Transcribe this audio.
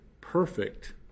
Perfect